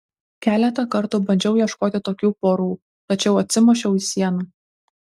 keletą kartų bandžiau ieškoti tokių porų tačiau atsimušiau į sieną